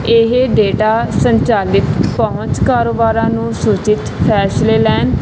ਇਹ ਡੇਟਾ ਸੰਚਾਲਿਤ ਪਹੁੰਚ ਕਾਰੋਬਾਰਾਂ ਨੂੰ ਸੂਚਿਤ ਫੈਸਲੇ ਲੈਣ